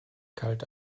kalt